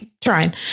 trying